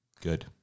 Good